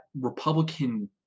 Republican